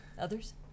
Others